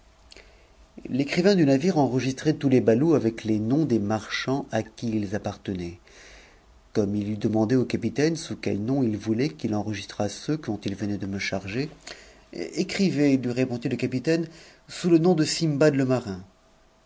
l'écrivain du navire enregistrait tous les ballots avec les noms df marchands à qui ils appartenaient comme it eut demandé au capital sous quel nom it voulait qu'il enregistrât ceux dont il venait de me charger a écrivez lui répondit le capitaine sous le nom de sindbad